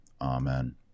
Amen